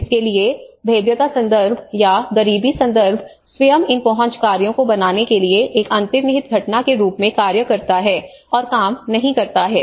इसलिए भेद्यता संदर्भ या गरीबी संदर्भ स्वयं इन पहुंच कार्यों को बनाने के लिए एक अंतर्निहित घटना के रूप में कार्य करता है और काम नहीं करता है